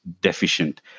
deficient